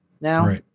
now